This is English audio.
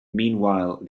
meanwhile